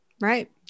Right